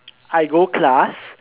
I go class